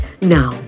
Now